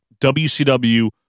WCW